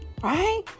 right